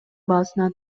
баасына